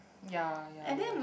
ya ya ya